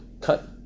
Cut